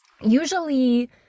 usually